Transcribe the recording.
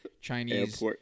Chinese